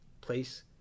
place